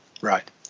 right